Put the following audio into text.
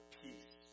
peace